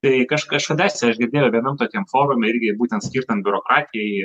tai kažkadaise aš girdėjau vienam tokiam forume irgi būtent skirtam biurokratijai